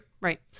Right